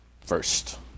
first